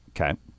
okay